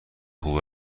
خوب